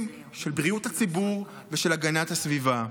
של בריאות הציבור ושל הגנת הסביבה.